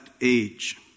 age